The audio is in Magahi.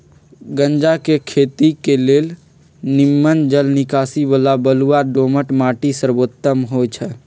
गञजा के खेती के लेल निम्मन जल निकासी बला बलुआ दोमट माटि सर्वोत्तम होइ छइ